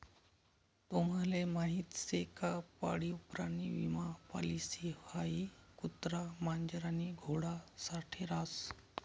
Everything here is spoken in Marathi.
तुम्हले माहीत शे का पाळीव प्राणी विमा पॉलिसी हाई कुत्रा, मांजर आणि घोडा साठे रास